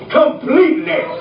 completely